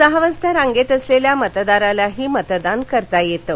सहा वाजता रांगेत असलेल्या मतदाराला मतदान करता येतं